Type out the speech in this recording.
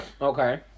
Okay